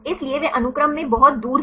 इसलिए वे अनुक्रम में बहुत दूर हैं